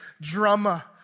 drama